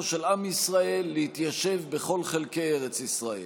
של עם ישראל להתיישב בכל חלקי ארץ ישראל.